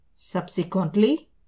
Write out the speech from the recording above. Subsequently